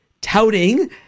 touting